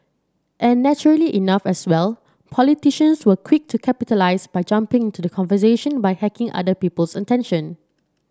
and naturally enough as well politicians were quick to capitalise by jumping into the conversation by hacking other people's attention